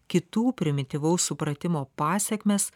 kitų primityvaus supratimo pasekmes